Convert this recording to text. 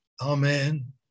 amen